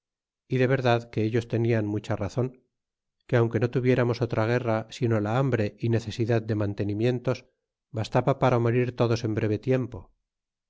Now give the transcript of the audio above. verdad que ellos tenian mucha razon que aunque no tuvieramos otra guerra sino la hambre y necesidad de n mantenimientos bastaba para morir todos en breve tiempo